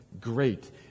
great